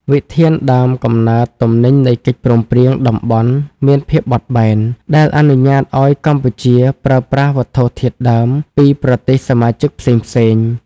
វិធានដើមកំណើតទំនិញនៃកិច្ចព្រមព្រៀងតំបន់មានភាពបត់បែន ដែលអនុញ្ញាតឱ្យកម្ពុជាប្រើប្រាស់វត្ថុធាតុដើមពីប្រទេសសមាជិកផ្សេងៗ។